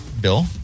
bill